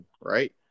right